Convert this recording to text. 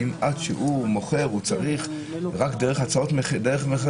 עד שהוא מוכר הוא צריך רק דרך מכרזים,